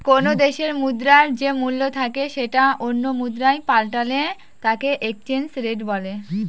কোনো দেশে মুদ্রার যে মূল্য থাকে সেটা অন্য মুদ্রায় পাল্টালে তাকে এক্সচেঞ্জ রেট বলে